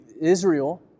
Israel